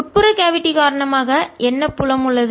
உட்புற கேவிட்டி குழி காரணமாக என்ன புலம் உள்ளது